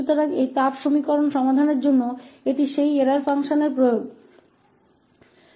तो यह इस हीट एक्वेशन को हल करने के लिए उस एरर फंक्शन का अनुप्रयोग है